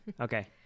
Okay